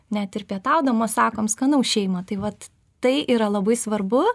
net ir pietaudamos sakom skanaus šeima taip vat tai yra labai svarbu